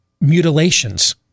mutilations